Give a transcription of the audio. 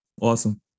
Awesome